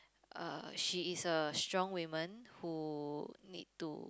uh she is a strong woman who need to